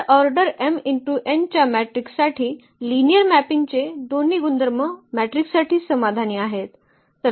तर order m×n च्या मॅट्रिक्ससाठी लिनिअर मॅपिंगचे दोन्ही गुणधर्म मॅट्रिक्ससाठी समाधानी आहेत